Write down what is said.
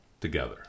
together